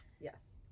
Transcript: Yes